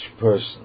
person